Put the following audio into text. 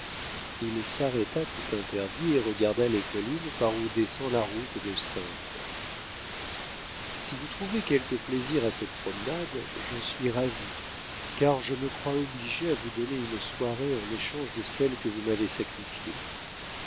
il s'arrêta tout interdit et regarda les collines par où descend la route de saintes si vous trouvez quelque plaisir à cette promenade j'en suis ravie car je me crois obligée à vous donner une soirée en échange de celle que vous m'avez sacrifiée